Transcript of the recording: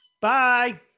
Bye